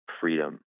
freedom